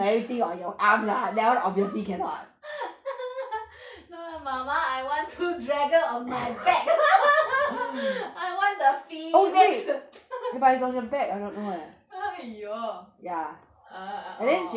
妈妈 I want two dragon on my back I want the phoenix !aiyo! err err orh